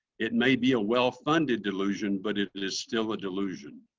it may be a well-funded delusion, but it it is still a delusion.